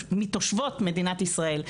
תושבות ישראל.